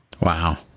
Wow